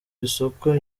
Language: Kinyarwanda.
isoko